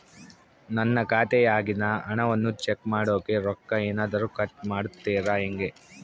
ನನ್ನ ಖಾತೆಯಾಗಿನ ಹಣವನ್ನು ಚೆಕ್ ಮಾಡೋಕೆ ರೊಕ್ಕ ಏನಾದರೂ ಕಟ್ ಮಾಡುತ್ತೇರಾ ಹೆಂಗೆ?